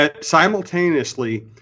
simultaneously